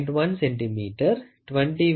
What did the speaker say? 1 cm 20 V